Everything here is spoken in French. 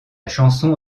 chanson